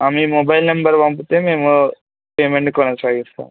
మీ mobile number పంపితే మేము payment కొనసాగిస్తాం